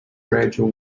gradual